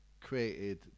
created